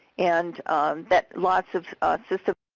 and that lots of systems